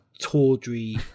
tawdry